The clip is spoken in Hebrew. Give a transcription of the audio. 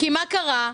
מה קרה?